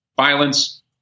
violence